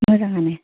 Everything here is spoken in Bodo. मोजाङानो